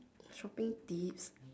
shopping tips